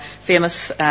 famous